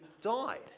died